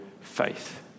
faith